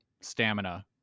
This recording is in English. stamina